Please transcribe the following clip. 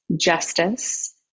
justice